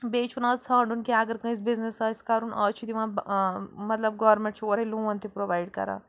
بیٚیہِ چھُنہٕ آز ژھانٛڈُن کیٚنٛہہ اَگر کٲنٛسہِ بِزنِس آسہِ کَرُن آز چھِ دِوان مطلب گورمٮ۪نٛٹ چھُ اورَے لون تہِ پرٛوٚوایِڈ کَران